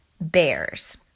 bears